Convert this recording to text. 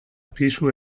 pisu